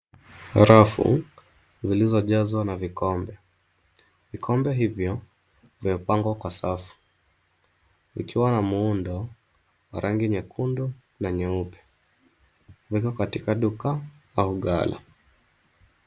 Rafu zilizojazwa na vikombe. Vikombe hivyo vimepangwa kwa safu, likiwa na muundo wa rangi nyekundu na nyeupe. Imewekwa katika duka au gala.